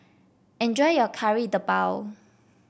enjoy your Kari Debal